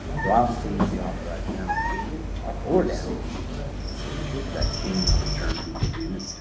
so obviously if the authorized amount changes up or down, we need a new signature because that changes the terms of the agreement.